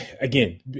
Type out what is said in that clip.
Again